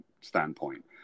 standpoint